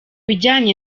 bijyanye